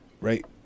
right